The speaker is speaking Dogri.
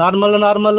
normal normal